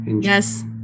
Yes